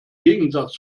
gegensatz